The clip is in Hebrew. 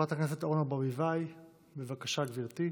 חברת הכנסת אורנה ברביבאי, בבקשה, גברתי.